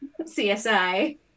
CSI